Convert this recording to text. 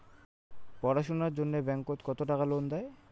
পড়াশুনার জন্যে ব্যাংক কত টাকা লোন দেয়?